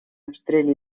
обстрелы